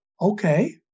okay